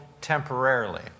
temporarily